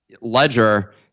Ledger